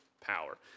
power